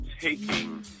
taking